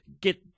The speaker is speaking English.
get